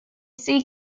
see